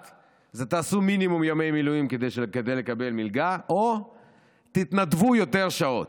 תעשו מינימום ימי מילואים כדי לקבל מלגה או תתנדבו יותר שעות.